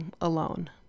alone